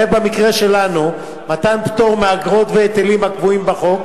מחייב במקרה שלנו מתן פטור מאגרות והיטלים הקבועים בחוק